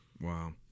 Wow